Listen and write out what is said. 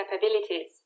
capabilities